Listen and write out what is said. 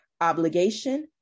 obligation